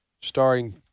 starring